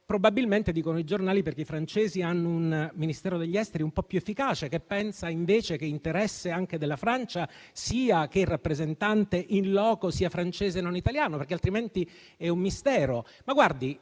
Probabilmente - dicono i giornali - i francesi hanno un Ministero degli esteri un po' più efficace, che pensa invece che sia interesse della Francia che il rappresentante *in loco* sia francese e non italiano, perché altrimenti è un mistero.